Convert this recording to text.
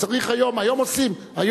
היום עושים.